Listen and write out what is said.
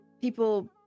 people